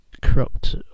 corrupt